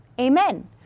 Amen